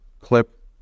clip